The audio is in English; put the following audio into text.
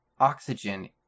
oxygen